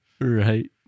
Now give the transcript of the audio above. right